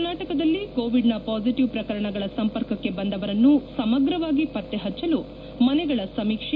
ಕರ್ನಾಟಕದಲ್ಲಿ ಕೋವಿಡ್ನ ಪಾಸಿಟಿವ್ ಪ್ರಕರಣಗಳ ಸಂಪರ್ಕಕ್ಕೆ ಬಂದವರನ್ನು ಸಮಗ್ರವಾಗಿ ಪತ್ತೆ ಪಚ್ಚಲು ಮನೆಗಳ ಸಮೀಕ್ಷೆ